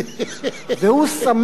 והוא שמח מאוד,